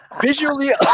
visually